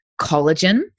collagen